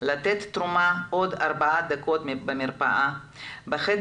הרבה הרבה לפני כן,